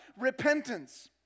Repentance